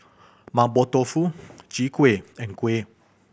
Mapo Tofu Chai Kueh and kuih